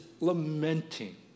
lamenting